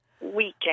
weekend